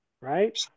right